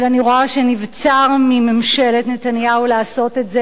אבל אני רואה שנבצר מממשלת נתניהו לעשות את זה,